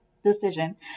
Decision